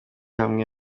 hamwe